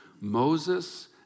Moses